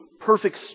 perfect